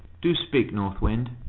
do speak, north wind,